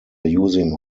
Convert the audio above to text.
using